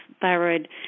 thyroid